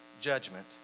judgment